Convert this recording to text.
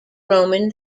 roman